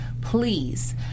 please